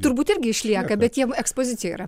turbūt irgi išlieka bet ekspozicijoj yra